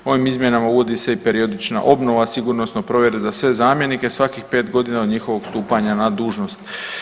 Ovim izmjenama uvodi se i periodična obnova sigurnosne provjere za sve zamjenike svakih 5.g. od njihovog stupanja na dužnost.